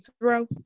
throw